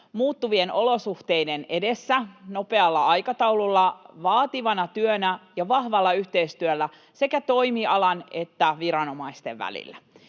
muuttuvien olosuhteiden edessä nopealla aikataululla vaativana työnä ja vahvalla yhteistyöllä sekä toimialan että viranomaisten kanssa.